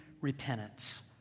repentance